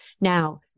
Now